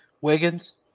Wiggins